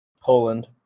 Poland